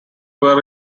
were